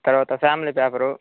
తరువాత family paper